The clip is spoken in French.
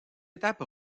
étape